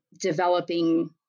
developing